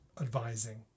advising